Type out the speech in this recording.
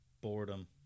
Boredom